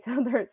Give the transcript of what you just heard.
others